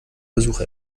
besuch